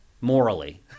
morally